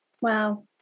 Wow